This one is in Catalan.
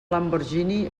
lamborghini